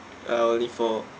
uh only four